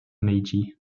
meiji